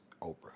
Oprah